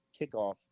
kickoff